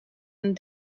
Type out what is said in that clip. een